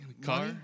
Car